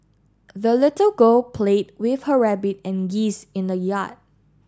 the little girl played with her rabbit and geese in the yard